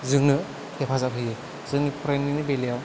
जोंनो हेफाजाब होयो जोंनि फरायनायनि बेलायाव